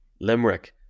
Limerick